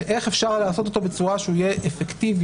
ואיך אפשר לעשות אותו בצורה שהוא יהיה אפקטיבי,